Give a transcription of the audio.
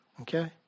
Okay